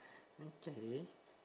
okay